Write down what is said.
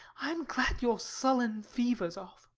i am glad your sullen feavor's off.